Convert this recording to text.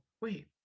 wait